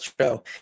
show